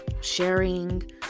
sharing